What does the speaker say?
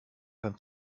kann